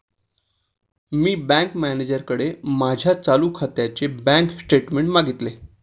मी bank मॅनेजरकडे माझ्या चालू खात्याचे बँक स्टेटमेंट्स मागितले